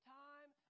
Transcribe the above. time